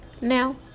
now